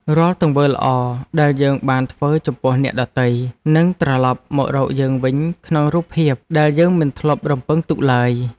រាល់ទង្វើល្អដែលយើងបានធ្វើចំពោះអ្នកដទៃ នឹងត្រលប់មករកយើងវិញក្នុងរូបភាពដែលយើងមិនធ្លាប់រំពឹងទុកឡើយ។